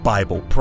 Bible